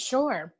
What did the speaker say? Sure